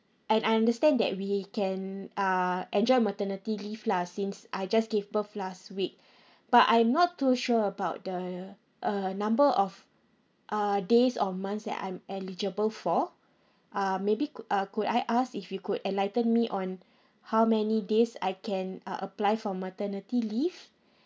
and I understand that we can uh enjoy maternity leave lah since I just give birth last week but I'm not too sure about the uh number of uh days or months that I'm eligible for err maybe could uh could I ask if you could enlighten me on how many days I can uh apply for maternity leave